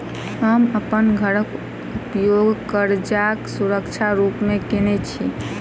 हम अप्पन घरक उपयोग करजाक सुरक्षा रूप मेँ केने छी